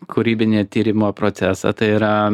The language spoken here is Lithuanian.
kūrybinį tyrimo procesą tai yra